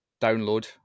download